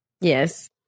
yes